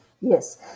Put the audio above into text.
Yes